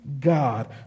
God